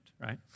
right